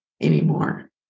anymore